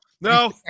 No